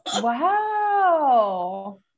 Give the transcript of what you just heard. Wow